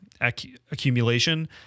accumulation